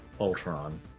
Ultron